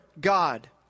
God